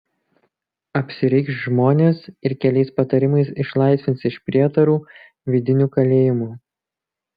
apsireikš žmonės ir keliais patarimais išlaisvins iš prietarų vidinių kalėjimų